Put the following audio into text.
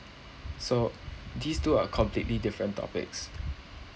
so these two are completely different topics